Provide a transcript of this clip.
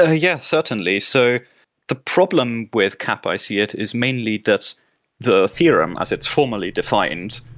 ah yeah, certainly. so the problem with cap i see it is mainly that the theorem, as it's formally defined,